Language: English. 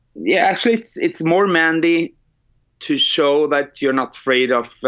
yeah, actually, it's it's more mandar to show that you're not afraid of